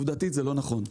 עובדתית זה לא נכון.